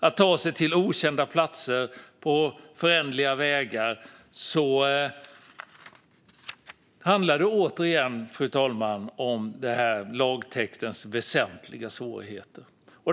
Att ta sig till okända platser på föränderliga vägar handlar återigen, fru talman, om lagtextens "väsentliga svårigheter".